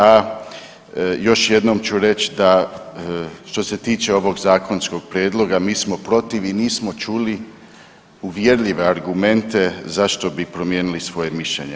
A još jednom ću reć da što se tiče ovog zakonskog prijedloga mi smo protiv i nismo čuli uvjerljive argumente zašto bi promijenili svoje mišljenje.